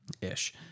Ish